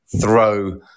throw